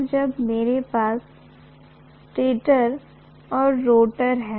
और जब मेरे पास स्टेटर और रोटर है